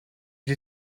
you